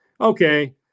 okay